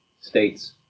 States